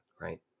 right